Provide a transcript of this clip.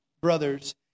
brothers